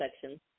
section